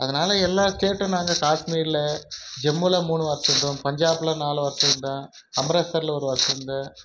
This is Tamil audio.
அதனாலே எல்லாம் ஸ்டேட்டு நாங்கள் காஷ்மீரில் ஜம்முவில மூணு வருஷம் இருந்தோம் பஞ்சாபில் நாலு வருஷம் இருந்தேன் அமராஸ்டரில் ஒரு வருஷம் இருந்தேன்